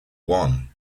one